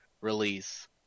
release